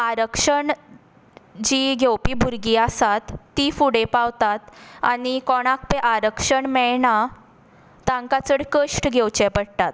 आरक्षण जीं घेवपी भुरगीं आसा तीं फुडें पावतात आनी कोणाक तें आरक्षण मेळना तांकां चड कश्ट घेवचे पडटात